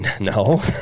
No